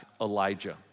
Elijah